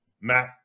Matt